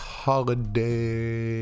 holiday